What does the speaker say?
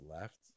left